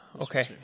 Okay